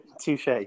Touche